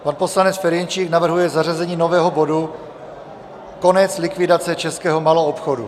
Pan poslanec Ferjenčík navrhuje zařazení nového bodu Konec likvidace českého maloobchodu.